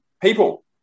people